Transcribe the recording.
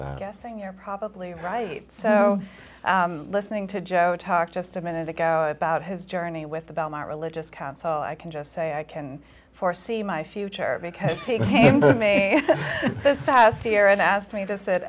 you're probably right so listening to joe talk just a minute ago about his journey with the belmont religious council i can just say i can foresee my future because he came to me this past year and asked me to sit